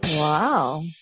Wow